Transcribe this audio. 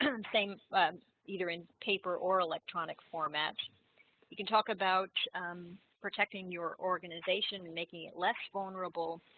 and i'm saying either in paper or electronic format you can talk about protecting your organization making it less vulnerable